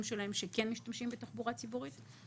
שלהם שכן משתמשים בתחבורה ציבורית.